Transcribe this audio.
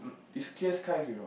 it's clear skies you know